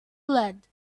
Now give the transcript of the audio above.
lead